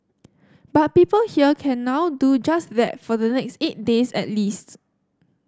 but people here can now do just that for the next eight days at least